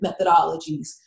methodologies